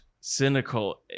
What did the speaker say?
cynical